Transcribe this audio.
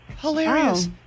hilarious